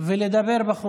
כן, אפשר לצאת ולדבר בחוץ,